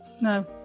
No